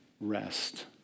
rest